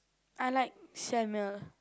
I like Samuel